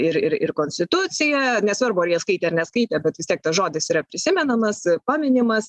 ir ir ir konstitucija nesvarbu ar jie skaitė ar neskaitė bet vis tiek tas žodis yra prisimenamas paminimas